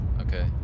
okay